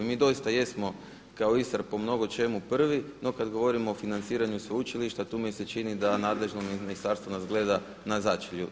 Mi doista jesmo kao Istra po mnogo čemu prvi, no kada govorimo o financiranju sveučilišta tu mi se čini da nadležno ministarstvo nas gleda na začelju.